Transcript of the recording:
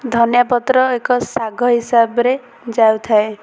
ଧନିଆପତ୍ର ଏକ ଶାଗ ହିସାବରେ ଯାଉଥାଏ